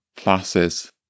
classes